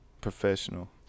professional